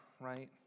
right